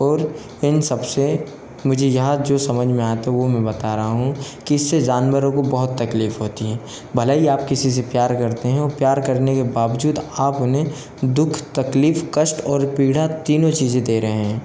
और इन सबसे मुझे यहाँ जो समझ में आता है वो मैं बता रहा हूँ कि इससे जानवरों को बहुत तकलीफ होती हैं भले ही आप किसी से प्यार करते हैं औ प्यार करने के बावजूद आप उन्हें दुख तकलीफ कष्ट और पीड़ा तीनों चीज़ें दे रहे हैं